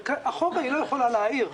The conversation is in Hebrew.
אבל אחורה היא לא יכולה להעיר,